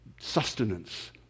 sustenance